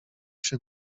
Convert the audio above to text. się